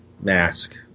mask